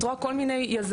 את רואה כל מיני יזמויות,